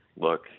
look